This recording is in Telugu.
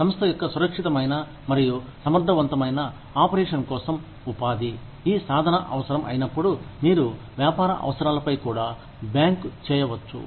సంస్థ యొక్క సురక్షితమైన మరియు సమర్థవంతమైన ఆపరేషన్ కోసం ఉపాధి ఈ సాధన అవసరం అయినప్పుడు మీరు వ్యాపార అవసరాలపై కూడా బ్యాంకు చేయవచ్చు